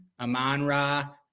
Amanra